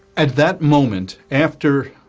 at that moment after